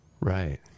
Right